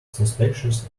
suspicious